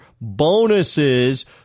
bonuses